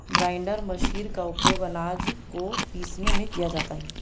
grinder machine का उपयोग आनाज को पीसने में किया जाता है